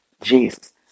Jesus